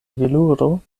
veluro